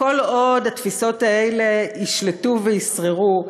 כל עוד התפיסות האלה ישלטו וישררו,